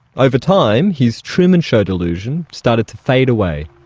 over time, his truman show delusion started to fade away.